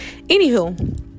Anywho